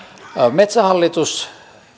metsähallitus